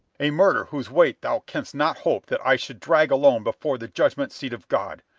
a murder whose weight thou canst not hope that i should drag alone before the judgment-seat of god.